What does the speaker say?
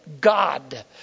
god